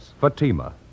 Fatima